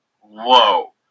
Whoa